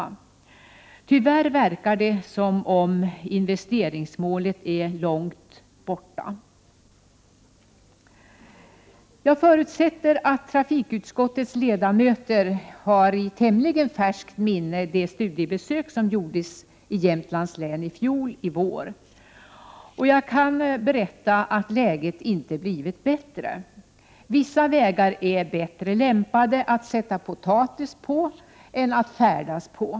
Tyvärr verkar investeringsmålet vara ganska långt borta. Jag förutsätter att trafikutskottets ledamöter har i tämligen färskt minne det studiebesök som gjordes i Jämtlands län i fjol vår. Jag kan berätta att läget inte blivit bättre. Vissa vägar är bättre lämpade att sätta potatis på än att färdas på!